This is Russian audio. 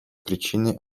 причиной